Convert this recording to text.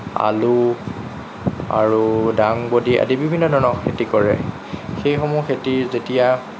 আলু আৰু দাংবডি আদি বিভিন্ন ধৰণৰ খেতি কৰে সেইসমূহ খেতি যেতিয়া